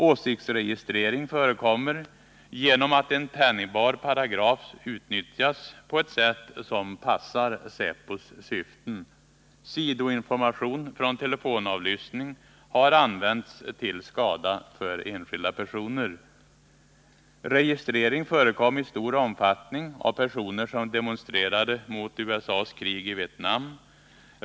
Åsiktsregistrering förekommer genom att en tänjbar paragraf utnyttjas på ett sätt som passar säpos syften. Sidoinformation från telefonavlyssning har använts till skada för enskilda personer. Registrering förekom i stor omfattning av personer som demonstrerade mot USA:s krig i Vietnam.